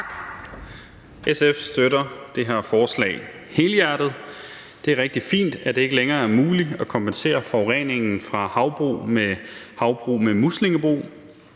SF støtter det her forslag helhjertet. Det er rigtig fint, at det ikke længere er muligt at kompensere for forureningen fra havbrug med muslingebrug.